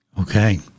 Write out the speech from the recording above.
Okay